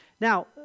Now